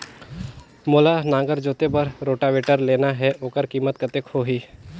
मोला नागर जोते बार रोटावेटर लेना हे ओकर कीमत कतेक होही?